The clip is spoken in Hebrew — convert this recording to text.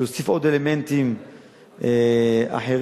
להוסיף עוד אלמנטים אחרים.